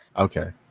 Okay